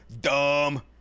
dumb